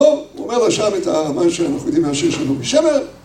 ‫טוב, הוא אומר לו שם את מה ‫שאנחנו יודעים מהשיר של נעמי שמר